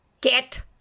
get